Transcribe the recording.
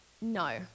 No